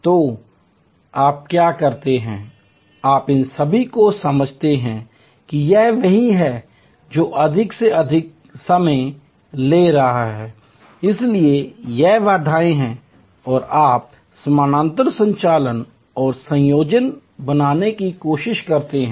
तो आप क्या करते हैं आप इन सभी को समझते हैं कि यह वही है जो सबसे अधिक समय ले रहा है इसलिए यह बाधाए है और आप समानांतर संचालन और संयोजन बनाने की कोशिश करते हैं